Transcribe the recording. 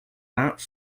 vingts